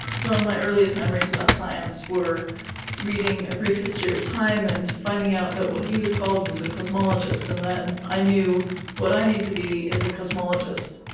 so my earliest memories about science were reading a brief history of time and finding out that what he was called was a cosmologist, and then i knew what i need to be is a cosmologist.